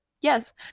yes